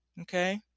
Okay